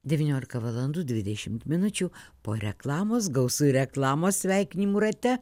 devyniolika valandų dvidešimt minučių po reklamos gausu reklamos sveikinimų rate